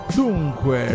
dunque